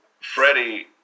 Freddie